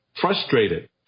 frustrated